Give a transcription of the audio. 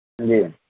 جی